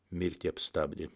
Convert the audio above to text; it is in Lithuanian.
mirtį apstabdė